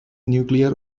nuclear